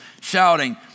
shouting